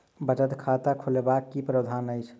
बचत खाता खोलेबाक की प्रावधान अछि?